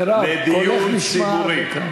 מירב, קולך נשמע עד לכאן.